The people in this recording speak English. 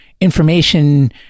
information